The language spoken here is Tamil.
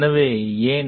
எனவே ஏன்